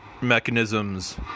mechanisms